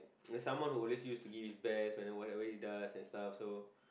like someone who always used to give his best when in whatever he does so